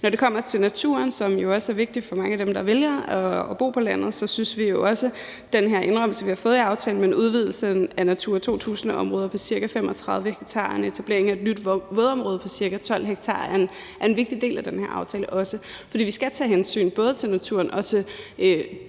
Når det kommer til naturen, som jo også er vigtig for mange af dem, der vælger at bo på landet, synes vi jo også, at den her indrømmelse, vi har fået i aftalen, med en udvidelse af Natura 2000-områder på ca. 35 ha og en etablering af et nyt vådområde på ca. 12 ha er en vigtig del af den her aftale. For vi skal tage hensyn, både til naturen og til